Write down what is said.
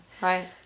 Right